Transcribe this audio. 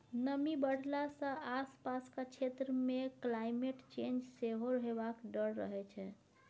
नमी बढ़ला सँ आसपासक क्षेत्र मे क्लाइमेट चेंज सेहो हेबाक डर रहै छै